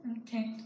Okay